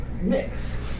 mix